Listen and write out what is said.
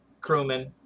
crewman